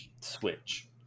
Switch